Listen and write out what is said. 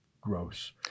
gross